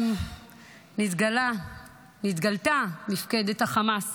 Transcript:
וגם נתגלתה מפקדת החמאס